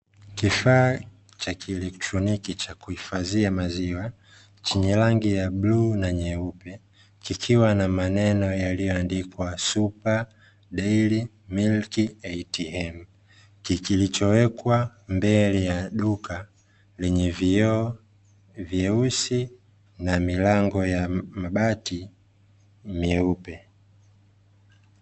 Kifaa cha kielektroniki cha kuhifadhia maziwa, chenye rangi ya bluu na nyeupe kikiwa na maneno yaliyoandikwa "SUPER DAIRY MILK ATM" kilichowekwa mbele ya duka lenye vioo vyeusi na milango ya mabati meupe.